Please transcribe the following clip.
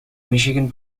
michigan